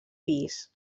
pis